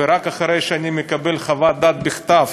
ורק אחרי שאני מקבל חוות דעת בכתב